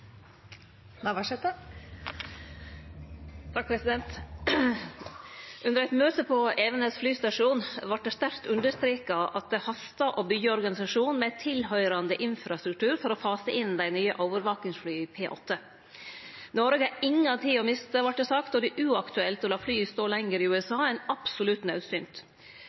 Under eit møte på Evenes flystasjon vart det sterkt understreka at det hastar med å byggje ein organisasjon med tilhøyrande infrastruktur for å fase inn dei nye overvakingsflya, P8. Noreg har inga tid å miste, vart det sagt, og det er uaktuelt å la flya stå lenger i USA enn absolutt naudsynt.